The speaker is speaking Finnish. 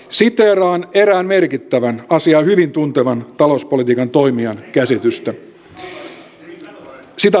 siteeraan erään merkittävän asiaa hyvin tuntevan talouspolitiikan toimijan käsitystä